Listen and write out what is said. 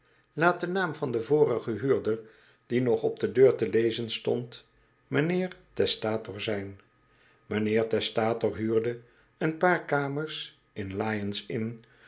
de naam van den vorigen huurder die nog op de deur te lezen stond mijnheer testator zijn mijnheer testator huurde een paar kamers in lyons ïnn